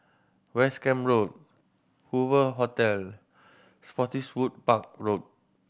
West Camp Road Hoover Hotel Spottiswoode Park Road